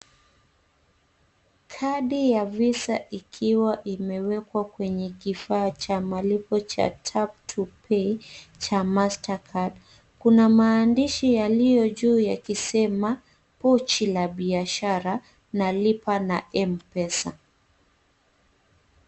Kadi ya visa ikiwa imewekwa kwenye kifaa cha malipo cha tap to pay cha mastercard . Kuna maandishi yaliyo juu yakisema pochi la biashara na lipa na mpesa .